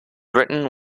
written